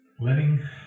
Letting